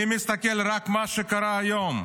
אני מסתכל רק על מה שקרה היום,